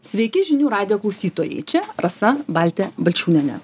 sveiki žinių radijo klausytojai čia rasa baltė balčiūnienė